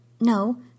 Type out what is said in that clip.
no